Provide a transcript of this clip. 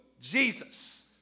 Jesus